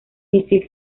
misil